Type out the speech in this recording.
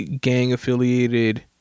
gang-affiliated